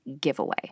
giveaway